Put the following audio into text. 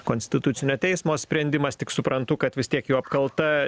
konstitucinio teismo sprendimas tik suprantu kad vis tiek jo apkalta